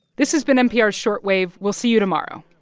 this has been npr's short wave. we'll see you tomorrow